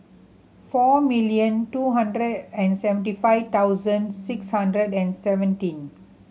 four million two hundred and seventy five thousand six hundred and seventeen